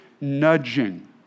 nudging